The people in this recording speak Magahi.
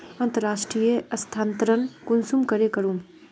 अंतर्राष्टीय स्थानंतरण कुंसम करे करूम?